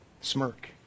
smirk